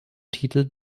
titel